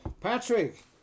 patrick